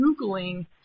Googling